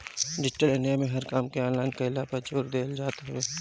digital India में हर काम के ऑनलाइन कईला पअ जोर देहल जात हवे